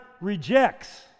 rejects